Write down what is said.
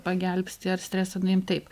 pagelbsti ar stresą nuimt taip